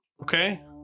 okay